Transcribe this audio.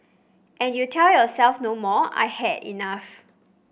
and you tell yourself no more I have had enough